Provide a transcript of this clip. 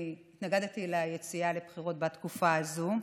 אני התנגדתי ליציאה לבחירות בתקופה הזאת.